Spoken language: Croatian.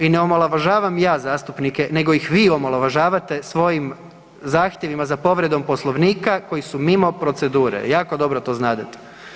I ne omalovažavam ja zastupnike nego ih vi omalovažavate svojim zahtjevima za povredom Poslovnika koji su mimo procedure, jako dobro to znadete.